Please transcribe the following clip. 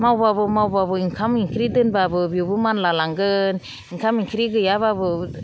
मावबाबो मावबाबो ओंखाम ओंख्रि दोनबाबो बेबो मानला लांगोन ओंखाम ओंख्रि गैयाबाबो